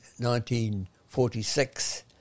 1946